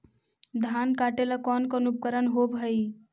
धान काटेला कौन कौन उपकरण होव हइ?